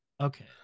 Okay